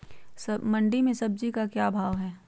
मंडी में सब्जी का क्या भाव हैँ?